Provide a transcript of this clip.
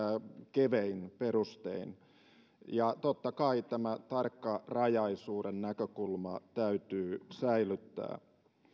kevein perustein ja totta kai tämä tarkkarajaisuuden näkökulma täytyy säilyttää